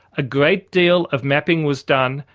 a great deal of mapping was done,